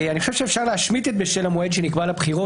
אני חושב שאפשר להשמיט את המילים בשל המועד שנקבע לבחירות,